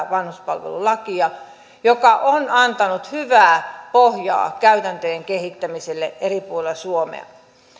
vanhuspalvelulakia joka on antanut hyvää pohjaa käytäntöjen kehittämiselle eri puolilla suomea